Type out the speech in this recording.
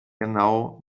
genau